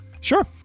Sure